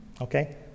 okay